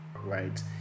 right